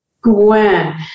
Gwen